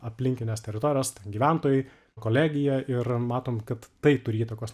aplinkinės teritorijos gyventojai kolegija ir matom kad tai turi įtakos